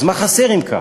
אז מה חסר, אם כך?